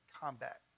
combat